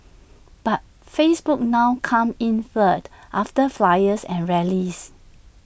but Facebook now comes in third after flyers and rallies